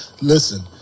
listen